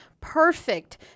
perfect